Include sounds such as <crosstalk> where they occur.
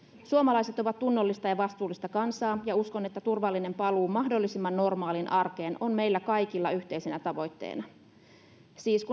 suomalaiset ovat tunnollista ja vastuullista kansaa ja uskon että turvallinen paluu mahdollisimman normaaliin arkeen on meillä kaikilla yhteisenä tavoitteena kun siis <unintelligible>